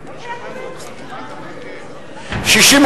נתקבלו.